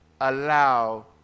allow